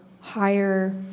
higher